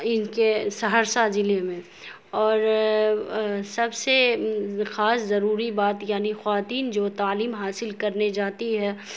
ان کے سہرسہ ضلعے میں اور سب سے خاص ضروری بات یعنی خواتین جو تعلیم حاصل کرنے جاتی ہے